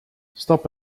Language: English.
stop